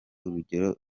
urugero